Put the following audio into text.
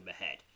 ahead